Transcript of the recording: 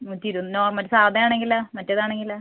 നൂറ്റിരു normal സാധനമാണെങ്കിലോ മറ്റേതാണെങ്കിലോ